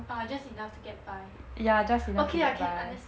orh just enough to get back okay I can unders~